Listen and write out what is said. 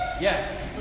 Yes